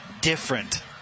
different